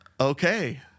Okay